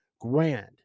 grand